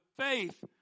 faith